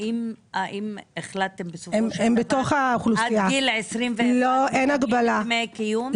האם החלטתם בסופו של דבר שעד גיל --- מקבלים דמי קיום?